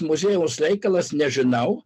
muziejaus reikalas nežinau